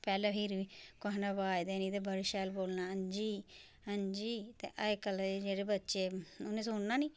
पैह्ले फिर बी कुसै ने अवाज देनी ते बड़ा शैल बोलना हां जी हां जी ते अज्जकल दे जेह्ड़े बच्चे उ'नें सुनना नेईं